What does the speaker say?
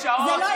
בשעות,